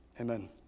Amen